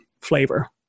flavor